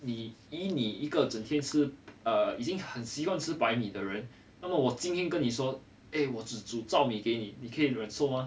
你以你一个整天吃 err 已经很习惯吃白米的人那么我今天跟你说 eh 我我只煮糙米给你你可以忍受吗